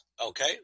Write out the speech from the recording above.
Okay